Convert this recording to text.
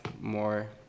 more